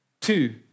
Two